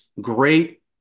great